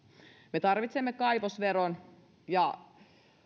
me tarvitsemme kaivosveron ja